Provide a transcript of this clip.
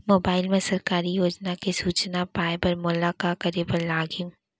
mobile मा सरकारी योजना के सूचना पाए बर मोला का करे बर लागही